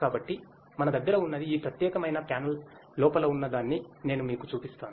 కాబట్టి మన దగ్గర ఉన్నది ఈ ప్రత్యేకమైన ప్యానెల్ లోపల ఉన్నదాన్ని నేను మీకు చూపిస్తాను